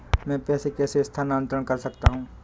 मैं पैसे कैसे स्थानांतरण कर सकता हूँ?